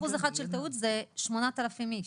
זה 80 אלף איש.